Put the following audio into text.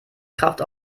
kraft